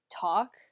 Talk